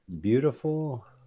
beautiful